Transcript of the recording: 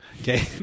Okay